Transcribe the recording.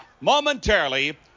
Momentarily